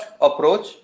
approach